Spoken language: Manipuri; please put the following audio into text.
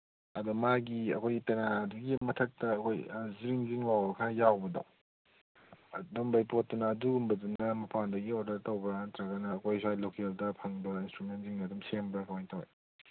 ꯑꯗꯣ ꯃꯥꯒꯤ ꯑꯩꯈꯣꯏ ꯄꯦꯅꯥꯗꯨꯒꯤ ꯃꯊꯛꯇ ꯑꯩꯈꯣꯏ ꯖꯤꯡ ꯖꯤꯡ ꯂꯥꯎꯕ ꯈꯔ ꯌꯥꯎꯕꯗꯣ ꯑꯗꯨꯝꯕꯒꯤ ꯄꯣꯠꯇꯨꯅ ꯑꯗꯨꯒꯨꯝꯕꯗꯨꯅ ꯃꯄꯥꯟꯗꯒꯤ ꯑꯣꯗꯔ ꯇꯧꯕ꯭ꯔꯥ ꯅꯠꯇ꯭ꯔꯒꯅ ꯑꯩꯈꯣꯏ ꯁ꯭ꯋꯥꯏ ꯂꯣꯀꯦꯜꯗ ꯐꯪꯕ ꯁꯦꯝꯕ꯭ꯔꯥ ꯀꯃꯥꯏꯅ ꯇꯧꯋꯦ